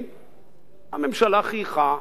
הממשלה חייכה,